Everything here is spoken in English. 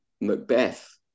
Macbeth